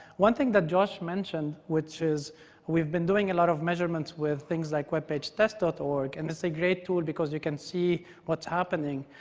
one thing that josh mentioned, which is we've been doing a lot of measurements with things like webpagetest org. and it's a great tool because you can see what's happening.